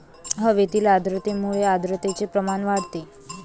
हवेतील आर्द्रतेमुळे आर्द्रतेचे प्रमाण वाढते